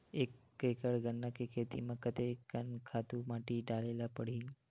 एक एकड़ गन्ना के खेती म कते कन खातु माटी डाले ल पड़ही?